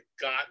got